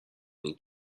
این